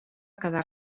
quedar